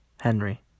Henry